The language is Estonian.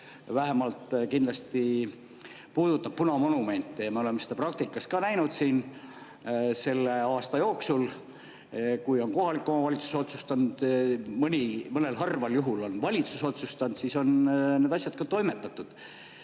vähemalt kindlasti, mis puudutab punamonumente. Me oleme seda praktikas ka näinud siin selle aasta jooksul: kui on kohalik omavalitsus otsustanud, mõnel harval juhul on valitsus otsustanud, siis on need asjad ka toimetatud.